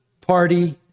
party